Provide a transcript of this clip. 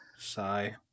Sigh